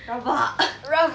rabak